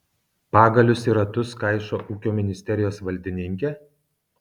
pagalius į ratus kaišo ūkio ministerijos valdininkė